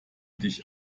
dich